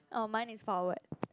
oh mine is forward